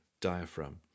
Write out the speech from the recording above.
diaphragm